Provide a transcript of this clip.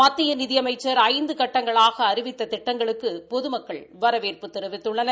மத்திய நிதி அமைச்சர் ஐந்து கட்டங்களாக அறிவித்த திட்டங்களுக்கு பொதுமக்கள் வரவேற்பு தெரிவித்துள்ளனர்